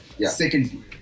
secondly